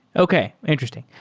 okay. interesting.